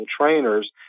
Trainers